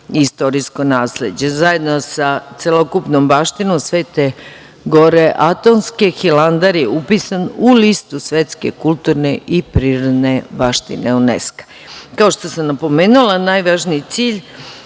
istorijsko nasleđe. Zajedno sa celokupnom baštinom Svete Gore Atonske, Hilandar je upisan u listu svetske kulturne i prirodne baštine UNESKO.Kao što sam napomenula, najvažniji cilj